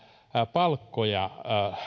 palkkoja